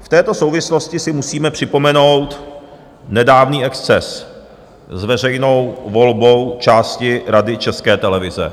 V této souvislosti si musíme připomenout nedávný exces s veřejnou volbou části Rady České televize.